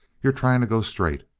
you're trying to go straight.